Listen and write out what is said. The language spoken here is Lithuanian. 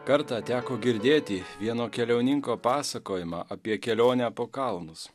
kartą teko girdėti vieno keliauninko pasakojimą apie kelionę po kalnus